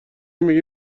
میگی